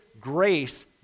grace